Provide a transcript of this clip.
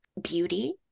beauty